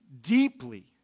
deeply